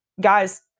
guys